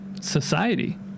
society